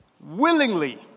willingly